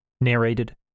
Narrated